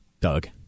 Doug